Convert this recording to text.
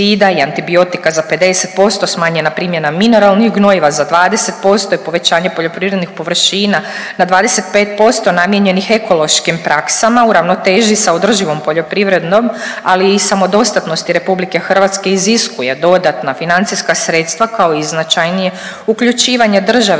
i antibiotika za 50%, smanjenja primjena mineralnih gnojiva za 20% i povećanje poljoprivrednih površina na 25% namijenjenih ekološkim praksama u ravnoteži sa održivom poljoprivredom ali i samodostatnosti RH iziskuje dodatna financijska sredstva kao i značajnije uključivanje države